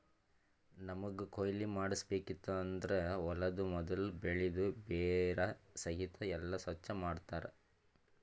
ನಮ್ಮಗ್ ಕೊಯ್ಲಿ ಮಾಡ್ಸಬೇಕಿತ್ತು ಅಂದುರ್ ಹೊಲದು ಮೊದುಲ್ ಬೆಳಿದು ಬೇರ ಸಹಿತ್ ಎಲ್ಲಾ ಸ್ವಚ್ ಮಾಡ್ತರ್